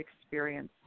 experience